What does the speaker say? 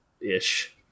ish